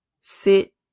sit